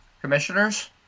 commissioners